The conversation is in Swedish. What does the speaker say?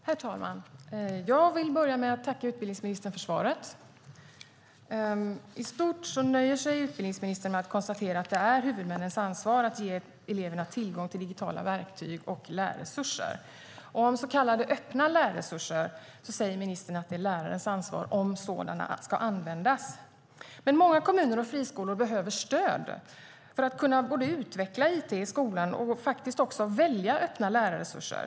Herr talman! Jag vill börja med att tacka utbildningsministern för svaret. I stort sett nöjer sig utbildningsministern med att konstatera att det är huvudmännens ansvar att ge eleverna tillgång till digitala verktyg och lärresurser. Om så kallade öppna lärresurser säger ministern att det är lärarens ansvar om sådana ska användas. Men många kommuner och friskolor behöver stöd för att kunna både utveckla it i skolan och faktiskt också välja öppna lärresurser.